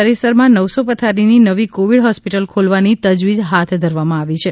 પરિસર માં નવસો પથારી ની નવી કોવિડ હોસ્પિટલ ખોલવાની તજવીજ હાથ ધરવામાં આવી છે